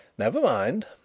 never mind.